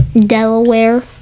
Delaware